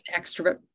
extrovert